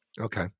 Okay